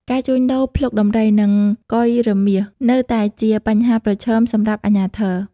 ការជួញដូរភ្លុកដំរី និងកុយរមាសនៅតែជាបញ្ហាប្រឈមសម្រាប់អាជ្ញាធរ។